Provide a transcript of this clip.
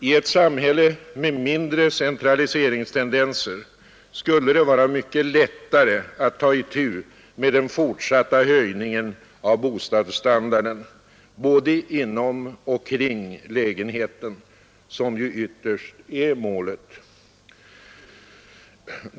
I ett samhälle med mindre centraliseringstendenser skulle det vara mycket lättare att ta itu med den fortsatta höjning av bostadsstandarden både inom och kring lägenheten som ju ytterst är målet.